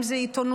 אם זו עיתונות,